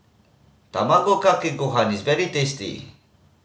Tamago Kake Gohan is very tasty